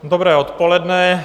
Dobré odpoledne.